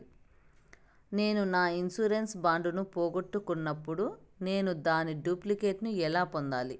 నేను నా insurance bond ను పోగొట్టుకున్నప్పుడు నేను దాని డూప్లికేట్ ను ఎలా పొందాలి?